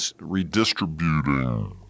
redistributing